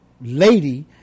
lady